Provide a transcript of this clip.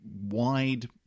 wide